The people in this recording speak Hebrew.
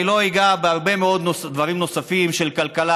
אני לא אגע בהרבה מאוד נושאים נוספים של כלכלה,